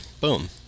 boom